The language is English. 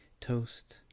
toast